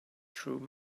through